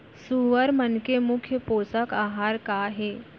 सुअर मन के मुख्य पोसक आहार का हे?